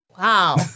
Wow